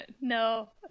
No